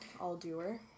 all-doer